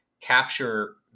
capture